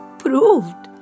proved